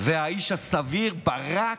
והאיש הסביר ברק,